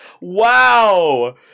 Wow